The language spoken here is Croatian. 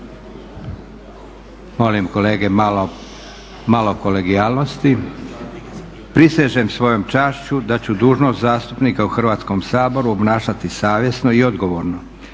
Molim kolege malo kolegijalnosti. Prisežem svojom čašću da ću dužnost zastupnika u Hrvatskom saboru obnašati savjesno i odgovorno